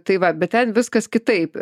tai va bet ten viskas kitaip